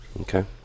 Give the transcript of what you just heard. Okay